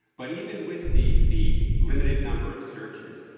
but even with the the limited number of searches,